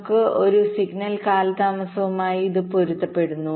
gate ട്രാൻസിഷനുകൾമൂലമുള്ള signal കാലതാമസവുമായി ഇത് പൊരുത്തപ്പെടുന്നു